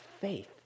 faith